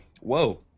whoa